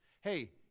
Hey